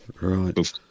Right